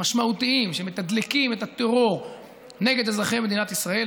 משמעותיים שמתדלקים את הטרור נגד אזרחי מדינת ישראל.